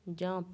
jump